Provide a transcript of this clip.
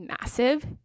massive